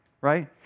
right